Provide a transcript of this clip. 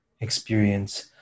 experience